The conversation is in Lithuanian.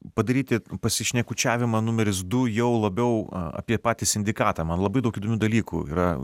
padaryti pasišnekučiavimą numeris du jau labiau a apie patį sindikatą man labai daug įdomių dalykų yra